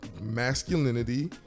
masculinity